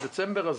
בדצמבר.